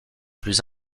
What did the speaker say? plus